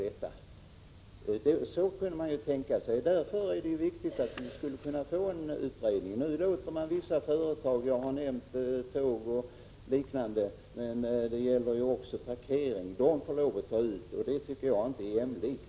Det är viktigt att en sådan utredning kommer till stånd. Man låter nu vissa företag ta ut avgifter, t.ex. parkeringsavgifter, och jag har också nämnt vad som gäller i tågtrafiken. Jag tycker inte att förhållandena på det nu aktuella området är rättvisa.